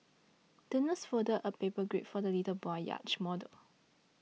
the nurse folded a paper grey for the little boy's yacht model